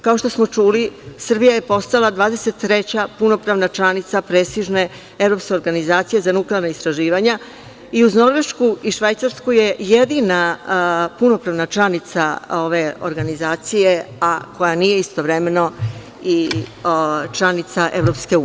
Kao što smo čuli, Srbija je postala 23 punopravna članica prestižne Evropske organizacije za nuklearna istraživanja i uz Norvešku i Švajcarsku je jedina punopravna članica ove organizacije, a koja nije istovremeno i članica EU.